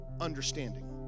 understanding